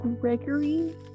Gregory